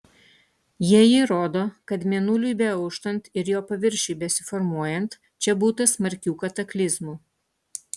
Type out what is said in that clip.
jie įrodo kad mėnuliui beauštant ir jo paviršiui besiformuojant čia būta smarkių kataklizmų